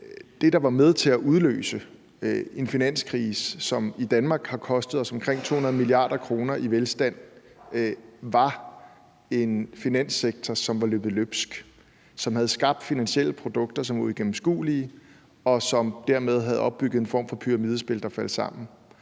det, der var med til at udløse en finanskrise, som i Danmark har kostet os omkring 200 mia. kr. i velstand, var en finanssektor, som var løbet løbsk, som havde skabt finansielle produkter, som var uigennemskuelige, og som dermed havde opbygget en form for pyramidespil, der faldt sammen?